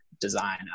design